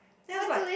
then I was like